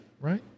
Right